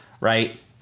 right